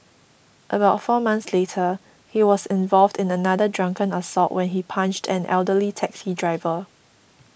about four months later he was involved in another drunken assault when he punched an elderly taxi driver